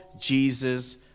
Jesus